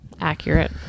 Accurate